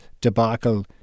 debacle